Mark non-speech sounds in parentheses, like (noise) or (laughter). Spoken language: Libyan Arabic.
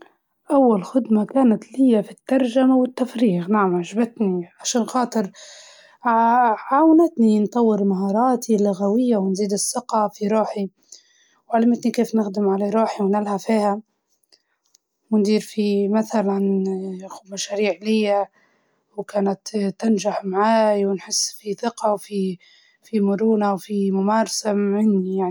أول وظيفة لي كانت لما كنت ندير في ديكورات بسيطة للمناسبات العائلية، كانت تجربة سمحة، خصوصا لما نشوف الناس (hesitation) فرحانين بالشغل، والخدمة بتاعتي اللي ديرتها.